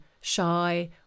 shy